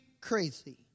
crazy